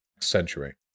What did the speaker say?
century